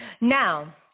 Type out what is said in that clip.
Now